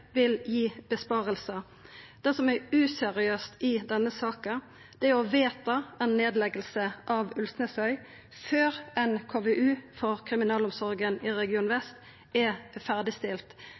vil gi innsparingar? Det som er useriøst i denne saka, er å vedta ei nedlegging av Ulvsnesøy før ein KVU for kriminalomsorga i Region Vest er ferdigstilt.